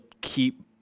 keep